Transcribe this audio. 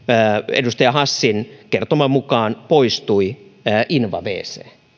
edustaja hassin kertoman mukaan poistui inva wc